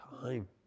time